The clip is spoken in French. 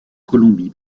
colombie